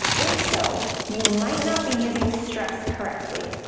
if so, you might not be using stress correctly.